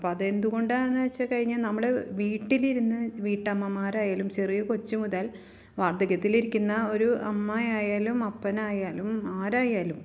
അപ്പോള് അത് എന്തുകൊണ്ടാണെന്ന് വച്ചുകഴിഞ്ഞാല് നമ്മള് വീട്ടിലിരുന്ന് വീട്ടമ്മമാരായാലും ചെറിയ കൊച്ചുമുതൽ വാർദ്ധക്യത്തിൽ ഇരിക്കുന്ന ഒരു അമ്മ ആയാലും അപ്പനായാലും ആരായാലും